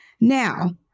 Now